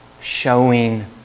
showing